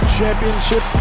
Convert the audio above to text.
Championship